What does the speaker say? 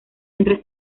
entre